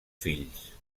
fills